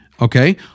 okay